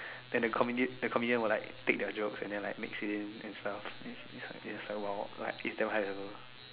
then the comedy the comedian will like take their jokes and then like mix it in as well is !wow! is damn high level